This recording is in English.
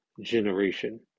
generation